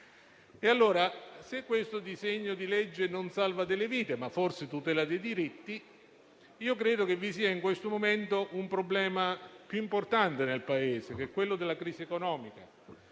Allora, se questo provvedimento non salva delle vite, ma forse tutela dei diritti, io credo vi sia in questo momento un problema più importante nel Paese, quello della crisi economica.